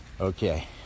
Okay